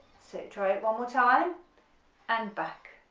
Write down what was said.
so try it one more time and back